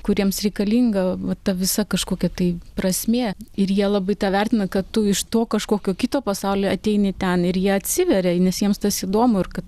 kuriems reikalinga va ta visa kažkokia tai prasmė ir jie labai tą vertina kad tu iš to kažkokio kito pasaulio ateini ten ir jie atsiveria nes jiems tas įdomu ir kad